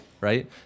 right